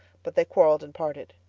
but they quarreled and parted.